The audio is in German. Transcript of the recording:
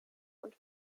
und